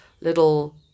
little